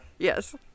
Yes